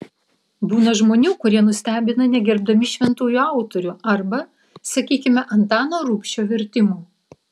būna žmonių kurie nustebina negerbdami šventųjų autorių arba sakykime antano rubšio vertimų